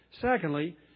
Secondly